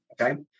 okay